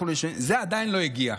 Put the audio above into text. זה עדיין לא הגיע,